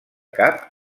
cap